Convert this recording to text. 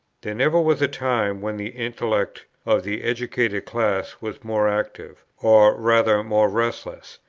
there never was a time when the intellect of the educated class was more active, or rather more restless,